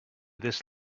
this